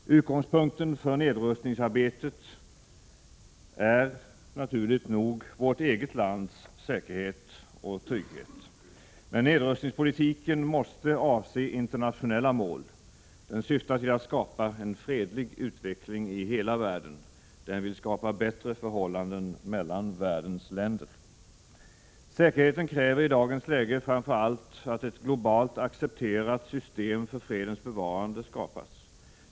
Utgångspunkten för nedrustningsarbetet är, naturligt nog, vårt eget lands säkerhet och trygghet, men nedrustningspolitiken måste avse internationella mål. Den syftar till att skapa en fredlig utveckling i hela världen, och den vill skapa bättre förhållanden mellan världens länder. Säkerheten kräver i dagens läge framför allt att ett globalt accepterat system för fredens bevarande skapas.